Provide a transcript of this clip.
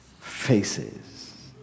faces